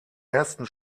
ersten